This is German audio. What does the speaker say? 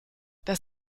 das